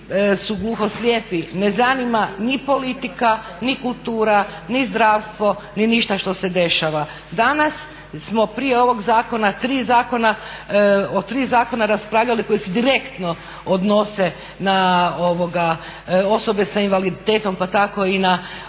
su gluho slijepi ne zanima ni politika, ni kultura, ni zdravstvo, ni ništa što se dešava. Danas smo prije ovog zakona tri zakona, od tri zakona raspravljali koji se direktno odnose na osobe sa invaliditetom, pa tako i na